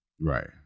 Right